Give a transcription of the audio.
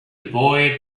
boy